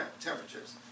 temperatures